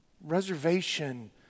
reservation